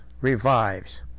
revives